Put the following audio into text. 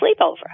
sleepover